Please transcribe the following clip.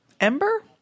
Ember